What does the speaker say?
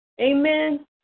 amen